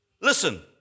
listen